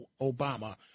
Obama